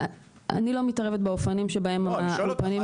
אני לא מתערבת באופנים שבהם האולפנים מנהלים את זה.